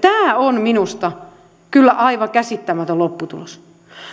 tämä on minusta kyllä aivan käsittämätön lopputulos